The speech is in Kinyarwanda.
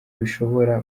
bishobora